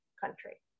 country